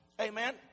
Amen